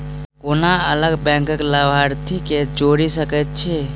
कोना अलग बैंकक लाभार्थी केँ जोड़ी सकैत छी?